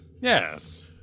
Yes